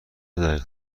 دقیق